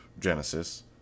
Genesis